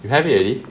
you have it already